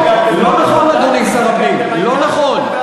לא נכון, אדוני שר הפנים, לא נכון.